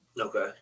okay